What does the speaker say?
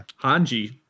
Hanji